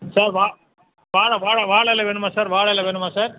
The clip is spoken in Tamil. சார் வா வாழை வாழை வாழைல வேணுமா சார் வாழைல வேணுமா சார்